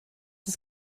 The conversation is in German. das